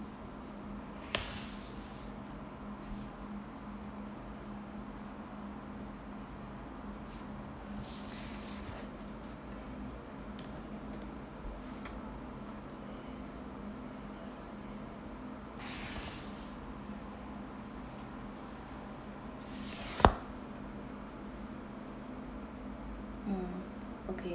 mm okay